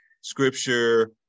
Scripture